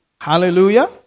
Hallelujah